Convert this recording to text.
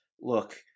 look